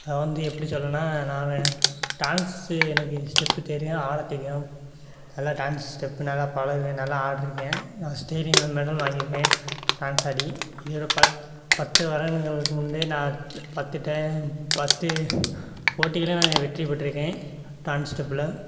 அதை வந்து எப்படி சொல்லணுன்னால் நான் டான்ஸு எனக்கு ஸ்டெப்பு தெரியும் ஆட தெரியும் நல்லா டான்ஸ் ஸ்டெப்பு நல்லா பழகுவேன் நல்லா ஆடியிருக்கேன் நான் ஸ்டேட்டிங்கில் மெடல் வாங்கியிருக்கேன் டான்ஸ் ஆடி இதில் பத் பத்து வருடங்களுக்கு முன்பே நான் பத்து டே பத்து போட்டிகள்லேயும் நான் வெற்றி பெற்றுருக்கேன் டான்ஸ் ஸ்டெப்பில்